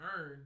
earn